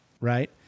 Right